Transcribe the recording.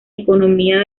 economía